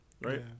right